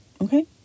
okay